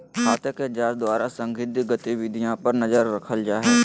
खाते के जांच द्वारा संदिग्ध गतिविधियों पर नजर रखल जा हइ